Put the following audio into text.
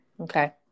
Okay